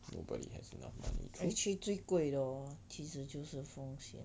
actually 最贵的 hor 其实就是风险